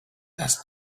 asked